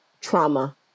trauma